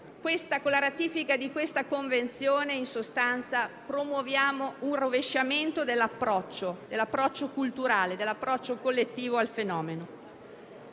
Con la ratifica di questa Convenzione, in sostanza, promuoviamo un rovesciamento dell'approccio culturale e dell'approccio collettivo al fenomeno.